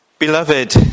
Beloved